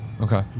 Okay